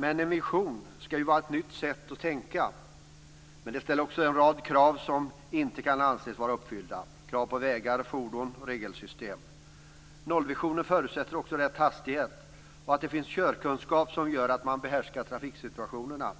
En vision skall ju vara ett nytt sätt att tänka, men den ställer också en rad krav som inte kan anses vara uppfyllda. Det är krav på vägar, fordon och regelsystem. Nollvisionen förutsätter också rätt hastighet och att det finns körkunskap som gör att man behärskar trafiksituationerna.